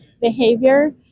behavior